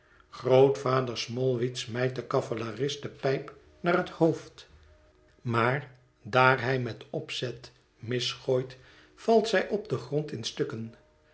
grootvader smallweed smijt den cavalerist de pijp naar het hoofd maar daar hij met opzet mis gooit valt zij op den grond in stukken